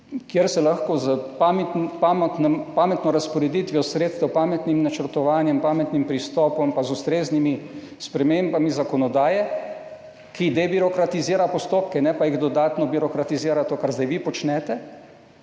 kjer se lahko s pametno razporeditvijo sredstev, pametnim načrtovanjem, pametnim pristopom in ustreznimi spremembami zakonodaje, ki debirokratizira postopke, ne pa jih dodatno birokratizira, to, kar zdaj vi počnete,